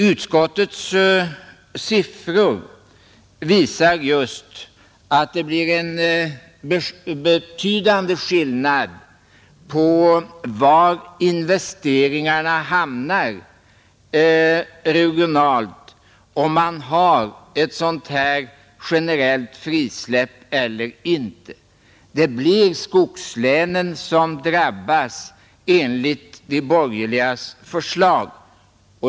Utskottets siffror visar just att det är en betydande skillnad på var investeringarna hamnar regionalt om man har ett sådant här generellt frisläpp eller inte. Det blir skogslänen som drabbas enligt de borgerligas förslag.